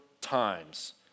times